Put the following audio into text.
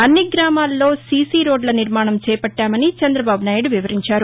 అన్ని గ్రామాల్లో సీసీ రోడ్ల నిర్మాణం చేపట్టామని చంద్రబాబునాయుడు వివరించారు